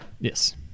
yes